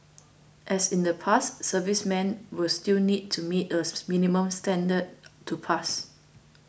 as in the past servicemen will still need to meet a minimum standard to pass